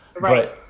Right